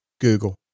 Google